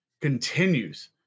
continues